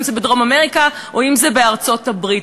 אם בדרום-אמריקה או בארצות-הברית.